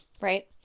Right